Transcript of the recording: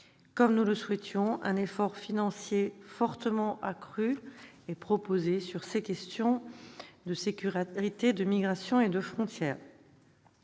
comme nous le souhaitions, un effort financier fortement accru sur les questions de sécurité, de migrations et de frontières.